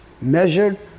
measured